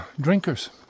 drinkers